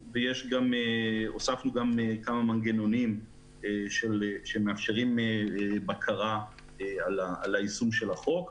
הוספנו גם כמה מנגנונים שמאפשרים בקרה על היישום של החוק,